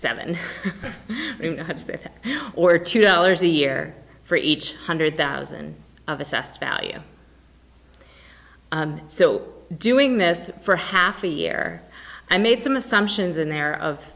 seven or two dollars a year for each hundred thousand of assessed value so doing this for half a year i made some assumptions in there of